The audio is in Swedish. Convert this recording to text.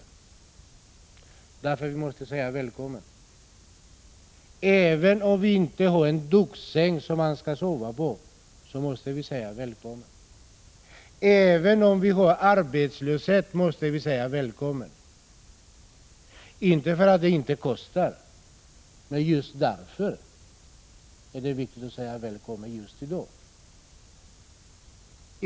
Därför måste vi säga välkommen. Även om vi inte har en Duxsäng som han kan sova i måste vi säga välkommen. Även om vi har arbetslöshet måste vi säga välkommen. Inte därför att det inte kostar utan just därför att det gör det är det viktigt att säga välkommen i dag.